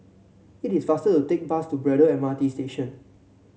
it is faster to take bus to Braddell M R T Station